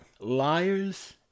liars